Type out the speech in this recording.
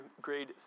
grade